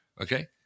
Okay